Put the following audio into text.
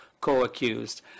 co-accused